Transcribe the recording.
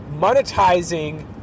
Monetizing